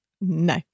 No